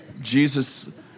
Jesus